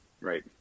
Right